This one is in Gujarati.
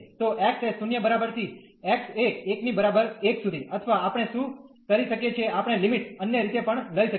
તો x એ 0 બરાબર થી x એ 1 ની બરાબર 1સુધી અથવા આપણે શું કરી શકીએ છીએ આપણે લિમિટ અન્ય રીતે પણ લઈ શકીએ